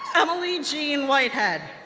emily jean whitehead,